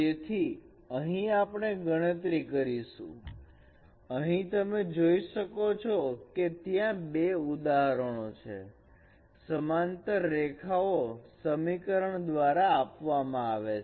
તેથી અહીં આપણે ગણતરી કરીશું અહીં તમે જોઈ શકો છો કે ત્યાં બે ઉદાહરણો છે સમાંતર રેખાઓ સમીકરણ દ્વારા આપવામાં આવે છે